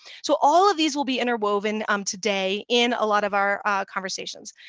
so all of these will be interwoven um today in a lot of our conversations.